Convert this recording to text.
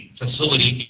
facility